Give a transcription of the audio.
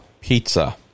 pizza